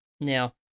now